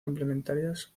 complementarias